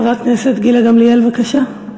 חברת הכנסת גילה גמליאל, בבקשה.